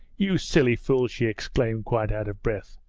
you silly fool she exclaimed, quite out of breath.